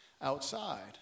outside